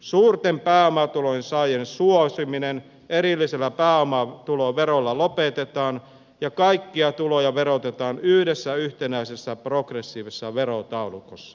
suurten pääomatulojen saajien suosiminen erillisellä pääomatuloverolla lopetetaan ja kaikkia tuloja verotetaan yhdessä yhtenäisessä progressiivisessa verotaulukossa